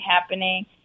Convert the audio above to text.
happening